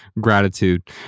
gratitude